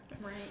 right